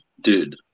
dude